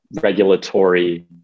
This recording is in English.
regulatory